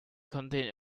contain